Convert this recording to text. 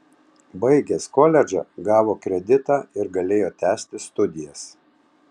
baigęs koledžą gavo kreditą ir galėjo tęsti studijas